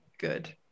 Good